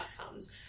outcomes